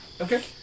Okay